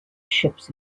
ships